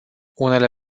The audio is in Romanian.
unele